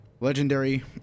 legendary